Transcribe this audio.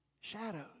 shadows